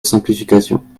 simplification